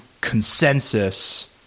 consensus